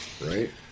right